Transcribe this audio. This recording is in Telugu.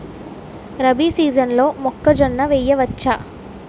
రబీ సీజన్లో మొక్కజొన్న వెయ్యచ్చా?